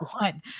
one